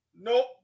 Nope